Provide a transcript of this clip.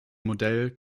model